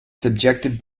subjective